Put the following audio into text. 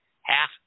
half